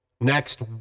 next